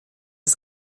ist